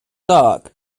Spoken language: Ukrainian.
так